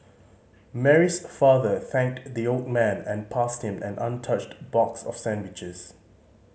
Mary's father thanked the old man and passed him an untouched box of sandwiches